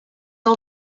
all